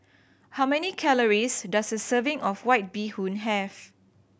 how many calories does a serving of White Bee Hoon have